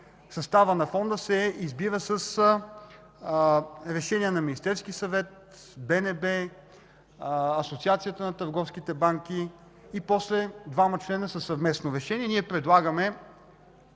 съставът на Фонда се избира с решение на Министерския съвет, БНБ, Асоциацията на търговските банки и после двама членове със съвместно решение. Ние предлагаме